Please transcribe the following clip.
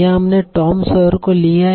यहां हमने Tom Sawyer को लिया है